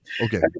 Okay